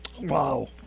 Wow